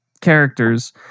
characters